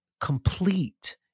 complete